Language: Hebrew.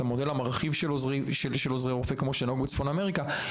את המודל המרחיב של עוזרי רופא כמו שנהוג בצפון אמריקה,